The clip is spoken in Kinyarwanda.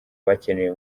bakeneye